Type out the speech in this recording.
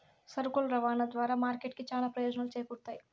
సరుకుల రవాణా ద్వారా మార్కెట్ కి చానా ప్రయోజనాలు చేకూరుతాయి